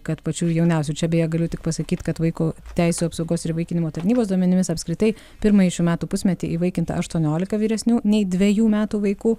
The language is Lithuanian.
kad pačių jauniausių čia beje galiu tik pasakyt kad vaiko teisių apsaugos ir įvaikinimo tarnybos duomenimis apskritai pirmąjį šių metų pusmetį įvaikinti aštuoniolika vyresnių nei dvejų metų vaikų